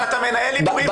אבל אתה מנהל הימורים,